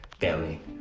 Family